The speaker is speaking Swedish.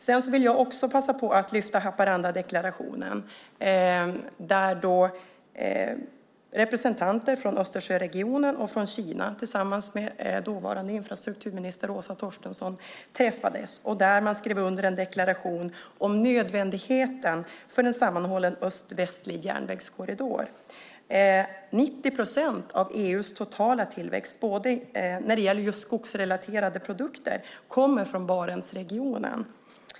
Sedan vill jag också passa på att lyfta fram Haparandadeklarationen. Representanter från Östersjöregionen och från Kina och dåvarande infrastrukturminister Åsa Torstensson träffades, och man skrev under en deklaration om nödvändigheten av en sammanhållen östvästlig järnvägskorridor. 90 procent av EU:s totala tillväxt när det gäller just skogsrelaterade produkter kommer från Barentsregionen.